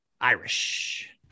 Irish